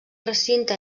recinte